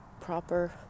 proper